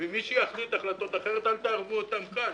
מי שיחליט החלטות אחרת אל תערבו אותם כאן,